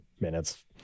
minutes